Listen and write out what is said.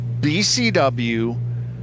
BCW